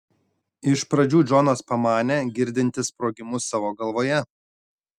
iš pradžių džonas pamanė girdintis sprogimus savo galvoje